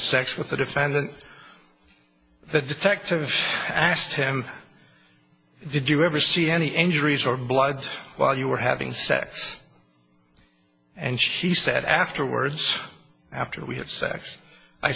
sex with the defendant the detective asked him did you ever see any injuries or blood while you were having sex and she said afterwards after we had sex i